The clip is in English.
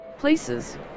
Places